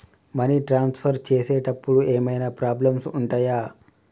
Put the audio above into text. Money transfer చేసేటప్పుడు ఏమైనా problems ఉంటయా?